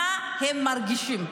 מה הם מרגישים.